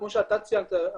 כמו שאתה ציינת,